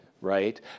right